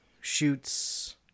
shoots